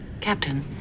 captain